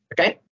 okay